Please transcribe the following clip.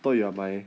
thought you are my